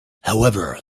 however